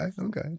Okay